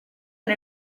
and